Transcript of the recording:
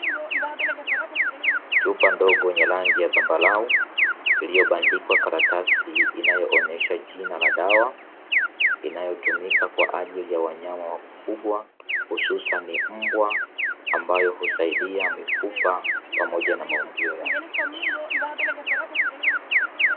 Chupa ndogo yenye rangi ya zambarau, iliyobandikwa karatasi inayoonesha jina la dawa inayotumika kwa ajili ya wanyama wakubwa hususan mbwa, ambayo husaidia mifupa pamoja na maungio yake.